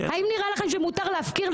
האם נראה לכם שמותר להפקיר,